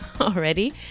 already